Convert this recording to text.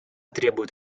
требует